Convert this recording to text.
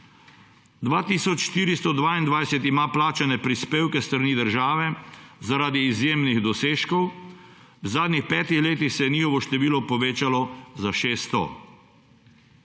422 ima plačane prispevke s strani države zaradi izjemnih dosežkov, v zadnjih petih letih se je njihovo število povečalo za 600.